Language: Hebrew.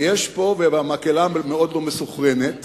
והמקהלה מאוד לא מסונכרנת.